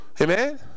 Amen